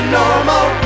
normal